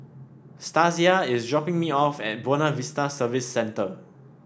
Stasia is dropping me off at Buona Vista Service Centre